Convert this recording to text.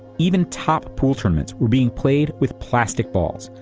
even top pool tournaments were being played with plastic balls,